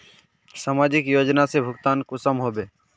समाजिक योजना से भुगतान कुंसम होबे?